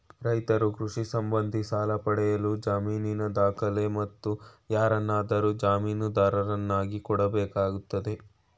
ರೈತ್ರು ಕೃಷಿ ಸಂಬಂಧಿ ಸಾಲ ಪಡೆಯಲು ಜಮೀನಿನ ದಾಖಲೆ, ಮತ್ತು ಯಾರನ್ನಾದರೂ ಜಾಮೀನುದಾರರನ್ನಾಗಿ ಕೊಡಬೇಕಾಗ್ತದೆ